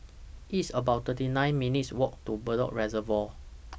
It's about thirty nine minutes' Walk to Bedok Reservoir